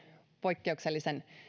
poikkeuksellisen